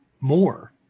more